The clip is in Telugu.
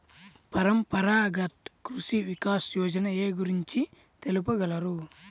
పరంపరాగత్ కృషి వికాస్ యోజన ఏ గురించి తెలుపగలరు?